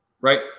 right